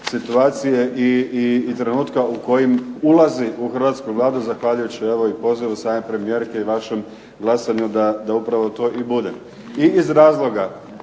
situacije i trenutka u kojim ulazi u hrvatsku Vladu zahvaljujući evo i same premijerke i vašem glasanju da upravo to i bude. I iz razloga